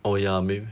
oh ya maybe